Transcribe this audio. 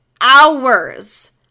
hours